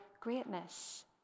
greatness